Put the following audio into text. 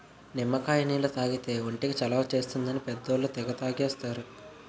నిమ్మకాయ నీళ్లు తాగితే ఒంటికి చలవ చేస్తుందని పెద్దోళ్ళు తెగ తాగేస్తారు